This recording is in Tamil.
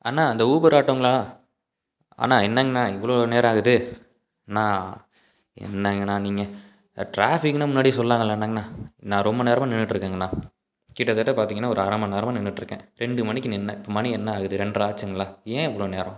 அண்ணா அந்த ஊபர் ஆட்டோங்களா அண்ணா என்னங்கண்ணா இவ்வளோ நேரம் ஆகுது அண்ணா என்னங்கண்ணா நீங்கள் ட்ராஃபிக்னால் முன்னாடியே சொல்லாங்கலன்னங்ணா நான் ரொம்ப நேரமாக நின்றிட்ருக்கேங்கண்ணா கிட்டத்தட்ட பார்த்தீங்கன்னா ஒரு அரை மணி நேரமாக நின்றிட்ருக்கேன் ரெண்டு மணிக்கு நின்றேன் இப்போ மணி என்ன ஆகுது ரெண்ட்ரை ஆச்சுங்களா ஏன் இவ்வளோ நேரம்